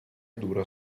dura